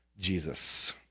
Jesus